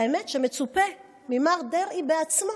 האמת היא שמצופה ממר דרעי בעצמו